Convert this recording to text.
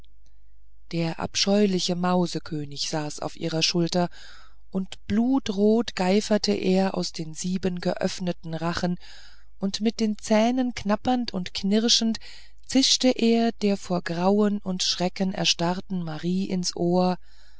der abscheuliche mauskönig saß auf ihrer schulter und blutrot geiferte er aus den sieben geöffneten rachen und mit den zähnen knatternd und knirschend zischte er der vor grauen und schreck erstarrten marie ins ohr